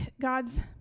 God's